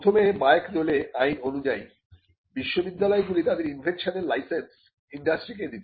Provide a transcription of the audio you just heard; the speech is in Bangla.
প্রথমে বায়খ দোলে আইন অনুযায়ী বিশ্ববিদ্যালয়গুলি তাদের ইনভেনশন এর লাইসেন্স ইন্ডাস্ট্রিকে দিত